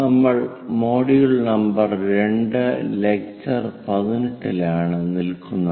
നമ്മൾ module number 2 lecture 18 ലാണ് നിൽക്കുന്നത്